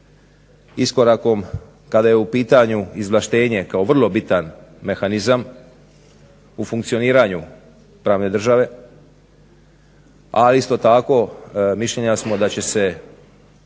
iskorakom kada je u pitanju izvlaštenje kao vrlo bitan mehanizam u funkcioniranju pravne države, a isto tako mišljenja smo da će se